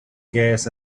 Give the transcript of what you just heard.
gas